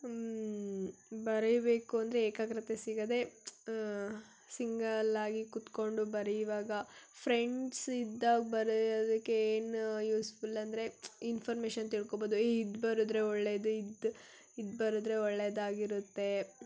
ಬರೀಬೇಕು ಅಂದರೆ ಏಕಾಗ್ರತೆ ಸಿಗೋದೇ ಸಿಂಗಲಾಗಿ ಕುತ್ಕೊಂಡು ಬರೀವಾಗ ಫ್ರೆಂಡ್ಸ್ ಇದ್ದಾಗ ಬರೆಯೊದಕ್ಕೆ ಏನು ಯೂಸ್ಫುಲ್ ಅಂದರೆ ಇನ್ಫಾರ್ಮೇಶನ್ ತಿಳ್ಕೊಬೋದು ಹೇ ಇದು ಬರೆದ್ರೆ ಒಳ್ಳೆಯದು ಇದು ಇದು ಬರೆದ್ರೆ ಒಳ್ಳೆಯದಾಗಿರುತ್ತೆ